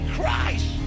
Christ